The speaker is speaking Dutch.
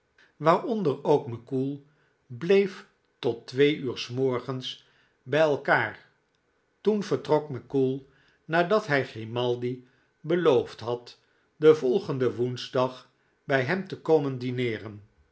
waaronder ook mackoull bleef tot twee uur smorgens bij elkaar toen vertrok mackoull nadat hij grimaldi beloofd had den volgenden woensdag bij hem te komen dineeren